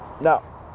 No